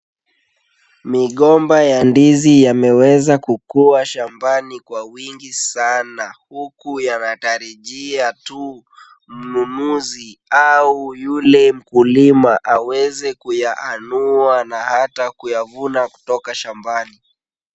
Migomba ya ndizi yameweza kukuwa shambani kwa wingi sana, huku yanatarajia tu mnunuzi au yule mkulima aweze kuyaanua na hata kuyavuna kutoka shambani.